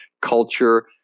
culture